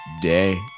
day